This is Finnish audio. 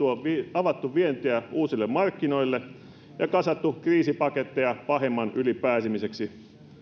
avattu vientiä uusille markkinoille ja kasattu kriisipaketteja pahimman yli pääsemiseksi